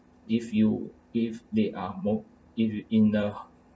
if you if they are more if you in the